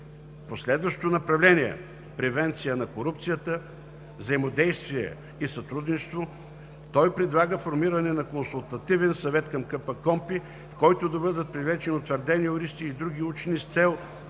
По следващото направление – превенция на корупцията, взаимодействие и сътрудничество, той предлага формиране на Консултативен съвет към КПКОНПИ, в който да бъдат привлечени утвърдени юристи и други учени с цел